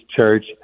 Church